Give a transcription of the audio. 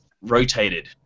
rotated